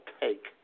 take